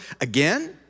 Again